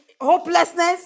hopelessness